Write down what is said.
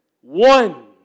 One